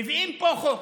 מביאים לפה חוק,